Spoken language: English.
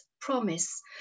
promise